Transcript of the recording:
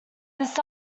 this